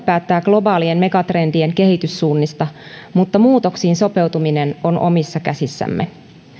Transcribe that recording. päättää globaalien megatrendien kehityssuunnista mutta muutoksiin sopeutuminen on omissa käsissämme